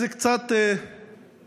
זה מצב קצת מביך,